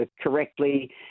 correctly